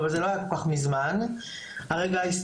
אבל זה לא היה כל כך מזמן הרגע ההיסטורי